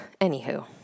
Anywho